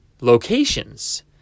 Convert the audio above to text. locations